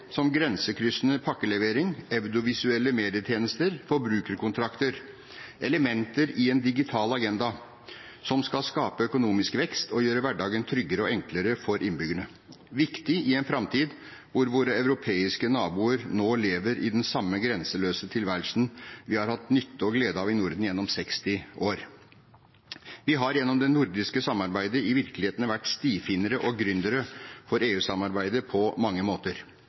som grensekryssende pakkelevering, audiovisuelle medietjenester, forbrukerkontrakter – elementer i en digital agenda som skal skape økonomisk vekst og gjøre hverdagen tryggere og enklere for innbyggerne. Det er viktig i en framtid hvor våre europeiske naboer nå lever i den samme grenseløse tilværelsen som vi har hatt nytte og glede av i Norden gjennom 60 år. Vi har gjennom det nordiske samarbeidet i virkeligheten vært stifinnere og gründere for EU-samarbeidet på mange måter.